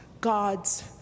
God's